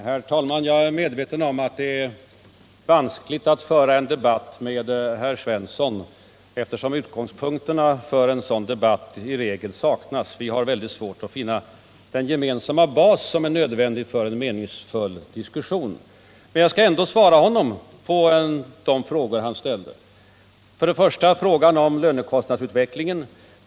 Herr talman! Jag är medveten om att det är vanskligt att föra en debatt med Jörn Svensson, eftersom utgångspunkterna för en sådan debatt i regel saknas. Vi har väldigt svårt att finna den gemensamma bas som är nödvändig för en meningsfull diskussion, men jag skall ändå svara på de frågor han ställde. Först frågan om lönekostnadsutvecklingen.